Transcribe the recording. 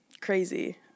crazy